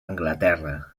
anglaterra